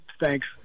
thanks